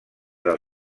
del